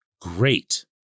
Great